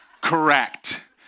Correct